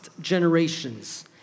generations